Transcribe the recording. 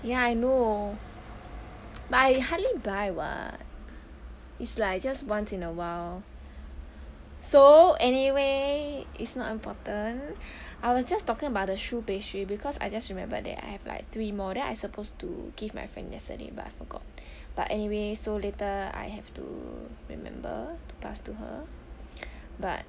ya I know but I hardly buy [what] it's like just once in awhile so anyway it's not important I was just talking about the choux pastry because I just remembered that I have like three more then I supposed to give my friend yesterday but I forgot but anyway so later I have to remember to pass to her but